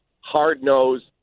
hard-nosed